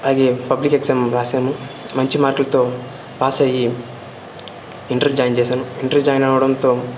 అలాగే public exam రాశాము మంచి మార్కులతో పాస్ అయ్యి ఇంటర్ జాయిన్ చేశాను ఇంటర్ జాయిన్ అవడంతో